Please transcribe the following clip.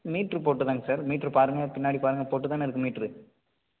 metre போட்டுதாங்க sir meter பாருங்க பின்னாடி பாருங்க போட்டுதானே இருக்குது மீட்ரு